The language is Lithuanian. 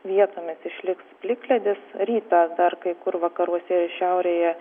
vietomis išliks plikledis rytą dar kai kur vakaruose ir šiaurėje